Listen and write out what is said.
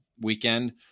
weekend